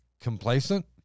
complacent